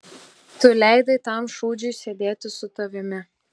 tu leidai tam šūdžiui sėdėti su tavimi